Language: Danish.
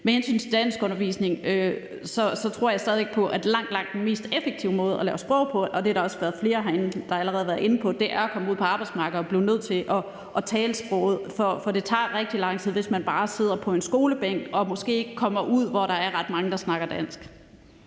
Med hensyn til danskundervisningen tror jeg stadig væk på, at langt, langt den mest effektive måde at lære sprog på – og det har der også været flere herinde der allerede har været inde på – er at komme ud på arbejdsmarkedet og blive nødt til at tale sproget, for det tager rigtig lang tid, hvis man bare sidder på en skolebænk og måske ikke kommer ud, hvor der er mange, der snakker dansk.